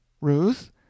Ruth